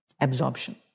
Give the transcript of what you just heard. absorption